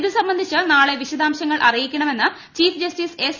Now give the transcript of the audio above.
ഇത് സംബന്ധിച്ച് നാളെ വിശദാംശങ്ങൾ അറിയിക്കണമെന്ന് ചീഫ് എസ്